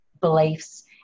beliefs